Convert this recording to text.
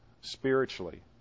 spiritually